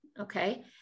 Okay